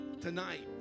tonight